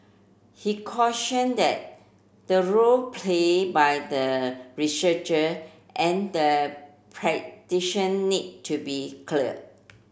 he caution that the role played by the researcher and the practitioner need to be clear